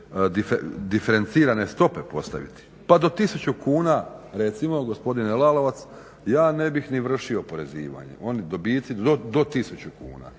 diferencirane stope postaviti, pa do 1000 kuna recimo gospodine Lalovac ja ne bih ni vršio oporezivanje, oni dobici do 1000 kuna,